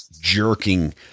jerking